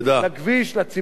לציבור,